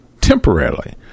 temporarily